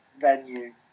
venue